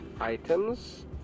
items